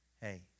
Hey